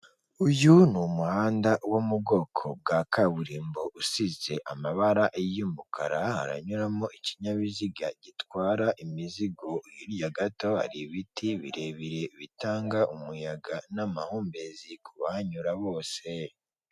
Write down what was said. Uyu ni umuhanda wo mu bwoko bwa kaburimbo usize amabara y'umukara, haranyuramo ikinyabiziga gitwara imizigo, hirya gato hari ibiti birebire bitanga umuyaga n'amahumbezi kubahanyura bose.